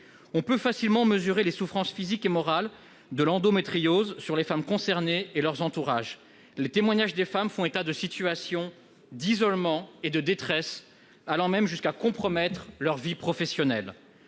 On peut facilement mesurer les souffrances physiques et morales de l'endométriose pour les femmes concernées et leur entourage. Certains témoignages de femmes font état de situations d'isolement et de détresse, allant même jusqu'à compromettre leur vie professionnelle.